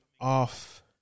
off